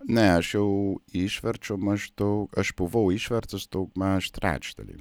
ne aš jau išverčiau maždau aš buvau išvertus daugmaž trečdalį